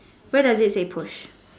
where does it say push